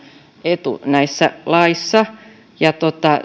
etu näissä laeissa ja